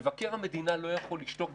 מבקר המדינה לא יכול לשתוק,